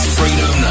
Freedom